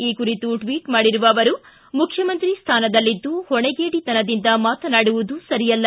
ಈ ಕುರಿತು ಟ್ವಿಚ್ ಮಾಡಿರುವ ಅವರು ಮುಖ್ಯಮಂತ್ರಿ ಸ್ಥಾನದಲ್ಲಿದ್ದು ಹೊಣೆಗೇಡಿತನದಿಂದ ಮಾತನಾಡುವುದು ಸರಿಯಲ್ಲ